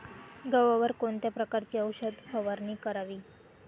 गव्हावर कोणत्या प्रकारची औषध फवारणी करावी?